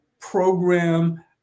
program